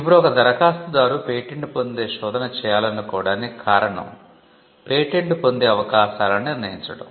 ఇప్పుడు ఒక దరఖాస్తుదారు పేటెంట్ పొందే శోధన చేయాలనుకోవటానికి కారణం పేటెంట్ పొందే అవకాశాలను నిర్ణయించడం